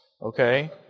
okay